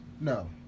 no